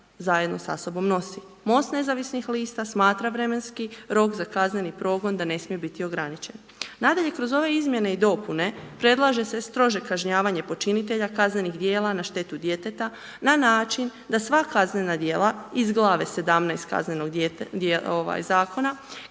zajedno sa sobom nosi. MOST nezavisnih lista smatra vremenski rok za kazneni progon da ne smije biti ograničen. Nadalje, kroz ove izmjene i dopune predlaže se strože kažnjavanje počinitelja kaznenih djela na štetu djeteta na način da sva kaznena djela iz Glave 17. Kaznenog zakona, kaznena